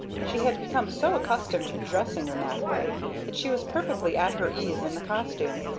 she had become so accustomed to dressing in that way that she was perfectly at her ease in the costume,